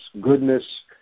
goodness